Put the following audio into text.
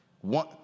one